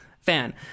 fan